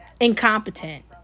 Incompetent